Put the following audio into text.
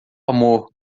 amor